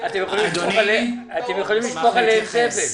אתם יכולים לשפוך עליהם זבל.